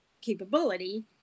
capability